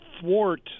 thwart